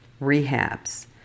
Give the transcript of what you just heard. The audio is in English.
rehabs